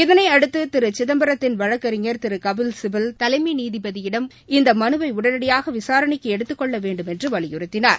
இதனையடுத்து திரு சிதம்பரத்தின் வழக்கறிஞர் திரு கபில்சிபல் தலைமை நீதிபதியிடம் இந்த மனுவை உடனடியாக விசாரணைக்கு எடுத்துக் கொள்ள வேண்டுமென்று வலியுறத்தினார்